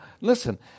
listen